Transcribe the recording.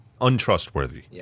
Untrustworthy